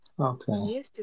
Okay